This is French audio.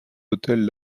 autels